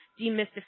demystify